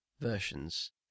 versions